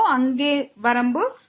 அங்கு வரம்பு 4